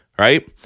Right